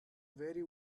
very